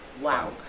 wow